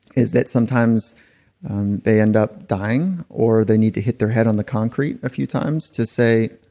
is that sometimes they end up dying or they need to hit their head on the concrete a few times to say,